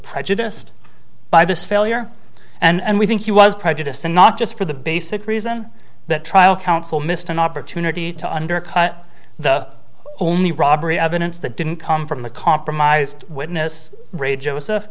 prejudiced by this failure and we think he was prejudiced and not just for the basic reason that trial counsel missed an opportunity to undercut the only robbery evidence that didn't come from the compromised witness ra